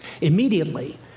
Immediately